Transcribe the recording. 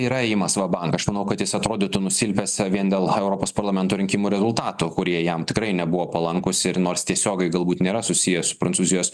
yra ėjimas va bank aš manau kad jis atrodytų nusilpęs vien dėl europos parlamento rinkimų rezultatų kurie jam tikrai nebuvo palankūs ir nors tiesiogiai galbūt nėra susiję su prancūzijos